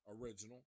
original